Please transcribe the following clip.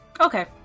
Okay